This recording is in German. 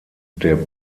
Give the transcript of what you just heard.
der